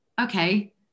okay